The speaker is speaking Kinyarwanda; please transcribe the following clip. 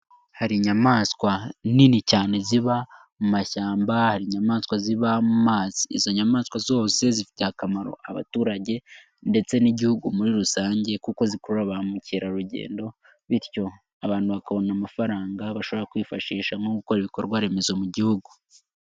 Hari inyamaswa nini cyane ziba mu mashyamba, hari inyamaswa ziba amazi, izo nyamaswa zose zifiteye akamaro abaturage ndetse n'igihugu muri rusange kuko zikuru ba mukerarugendo bityo abantu bakabona amafaranga bashobora kwifashisha nko mu gukora ibikorwa remezo mu gihugu.